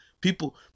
people